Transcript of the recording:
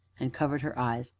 and covered her eyes,